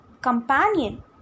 Companion